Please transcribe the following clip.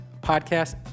podcast